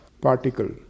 particle